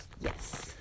Yes